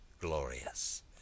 glorious